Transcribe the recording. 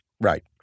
Right